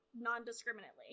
non-discriminately